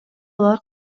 алар